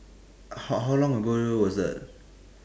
how how long ago was that